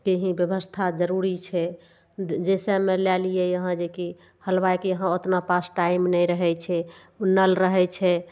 के ही व्यवस्था जरुरी छै जैसेमे लए लिअ यहाँ जे कि हलवाइके यहाँ ओतना पास टाइम नहि रहय छै उ नल रहय छै